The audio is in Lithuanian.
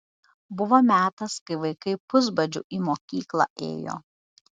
buvo metas kai vaikai pusbadžiu į mokyklą ėjo